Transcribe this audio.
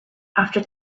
after